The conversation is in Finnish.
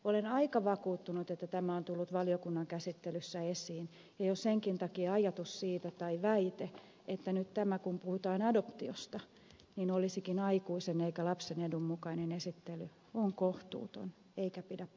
olen aika vakuuttunut että tämä on tullut valiokunnan käsittelyssä esiin ja jo senkin takia ajatus tai väite että nyt tämä kun puhutaan adoptiosta olisikin aikuisen eikä lapsen edun mukainen esittely on kohtuuton eikä pidä paikkaansa